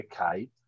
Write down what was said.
okay